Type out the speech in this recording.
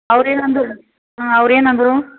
ಅವ್ರೇನು ಅಂದರು ಹ್ಞೂ ಅವ್ರೇನು ಅಂದರು